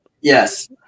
Yes